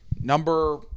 Number